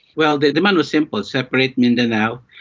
well, the demand was simple separate mindanao,